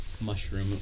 mushroom